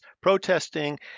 protesting